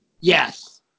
Yes